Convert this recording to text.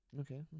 Okay